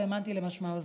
לא האמנתי למשמע אוזניי.